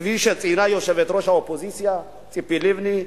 כפי שציינה יושבת-ראש האופוזיציה ציפי לבני,